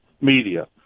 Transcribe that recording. media